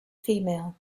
female